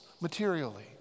materially